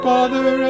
Father